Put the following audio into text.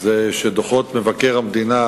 הוא שדוחות מבקר המדינה